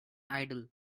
idol